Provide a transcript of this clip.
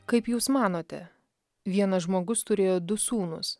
kaip jūs manote vienas žmogus turėjo du sūnus